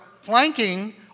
flanking